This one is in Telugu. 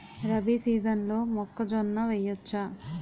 రబీ సీజన్లో మొక్కజొన్న వెయ్యచ్చా?